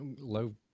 low